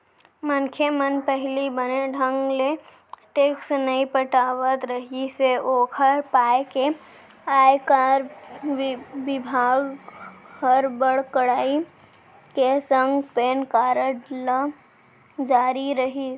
मनखे मन पहिली बने ढंग ले टेक्स नइ पटात रिहिस हे ओकर पाय के आयकर बिभाग हर बड़ कड़ाई के संग पेन कारड ल जारी करिस